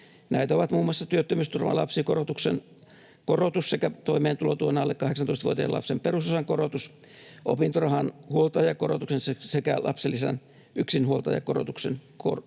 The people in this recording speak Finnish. Näitä ovat muun muassa työttömyysturvan lapsikorotuksen korotus sekä toimeentulotuen alle 18-vuotiaan lapsen perusosan korotus, opintorahan huoltajakorotuksen sekä lapsilisän yksinhuoltajakorotuksen korotukset.